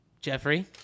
Jeffrey